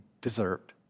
deserved